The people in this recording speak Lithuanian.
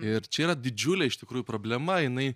ir čia yra didžiulė iš tikrųjų problema jinai